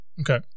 Okay